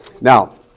Now